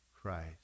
Christ